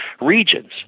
regions